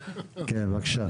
כן, בבקשה.